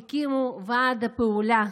הם הקימו ועד פעולה.